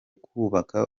kubaka